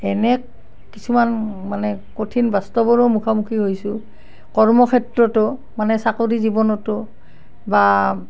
এনে কিছুমান মানে কঠিন বাস্তৱৰো মুখামুখি হৈছোঁ কৰ্মক্ষেত্ৰতো মানে চাকৰি জীৱনতো বা